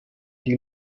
die